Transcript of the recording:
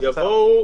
יבואו